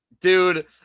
dude